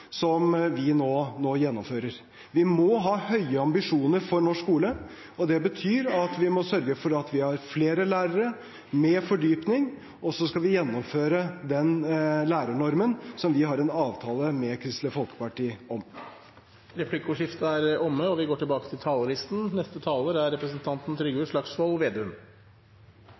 som vi nå gjennomfører. Vi må ha høye ambisjoner for norsk skole. Det betyr at vi må sørge for at vi har flere lærere med fordypning, og så skal vi gjennomføre lærernormen, som vi har en avtale med Kristelig Folkeparti om. Replikkordskiftet er omme. Noe av det vi som sitter i dagens storting, kan være mest glade for, og det dagens regjering kan være mest glad for, er